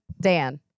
Dan